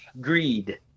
greed